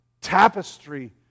tapestry